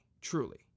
truly